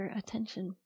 attention